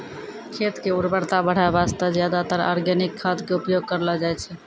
खेत के उर्वरता बढाय वास्तॅ ज्यादातर आर्गेनिक खाद के उपयोग करलो जाय छै